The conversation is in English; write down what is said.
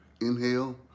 inhale